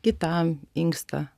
kitam inkstą